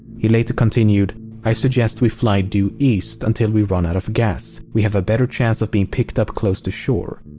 he later continued i suggest we fly due east until we run out of gas. we have a better chance of being picked up close to shore.